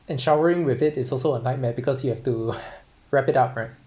and showering with it is also a nightmare because you have to wrap it up right